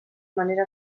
manera